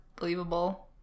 believable